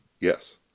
Yes